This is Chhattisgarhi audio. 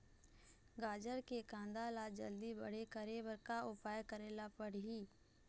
गाजर के कांदा ला जल्दी बड़े करे बर का उपाय करेला पढ़िही?